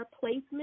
placement